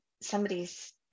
somebody's